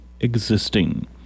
existing